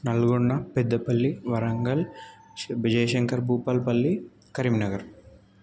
Nalgonda Peddapalli Warangal Jayashankar Bhupalpally Karimnagar